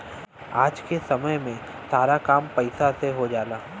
आज क समय में सारा काम पईसा से हो जाला